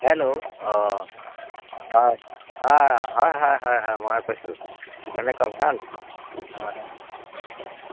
hello অঁ অঁ অঁ হয় হয় হয় হয় ময়ে কৈছোঁ কেনেকুৱা ভাল অঁ